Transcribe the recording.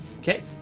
Okay